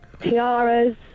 tiaras